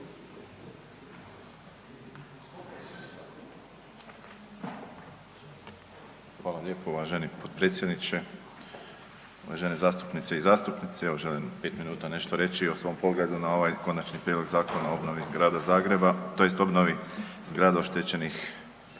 Hvala lijepo uvaženi potpredsjedniče, uvažene zastupnice i zastupnici. Evo želim 5 minuta nešto reći o svom pogledu na ovaj konačni prijedlog Zakona o obnovi Grada Zagreba